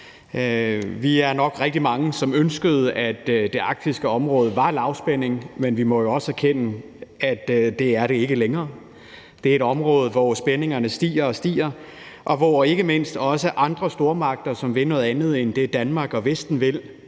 Vi er nok rigtig mange, som ønskede, at det arktiske område var lavspænding, men vi må også erkende, at det er det ikke længere. Det er et område, hvor spændingerne stiger og stiger, og hvor ikke mindst også andre stormagter, som vil noget andet end det, Danmark og Vesten vil,